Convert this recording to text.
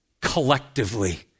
collectively